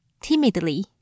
timidly